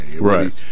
right